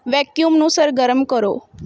vacuum ਨੂੰ ਸਰਗਰਮ ਕਰੋ